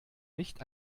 nicht